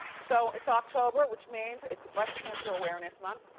so it's october which means it's breast cancer awareness month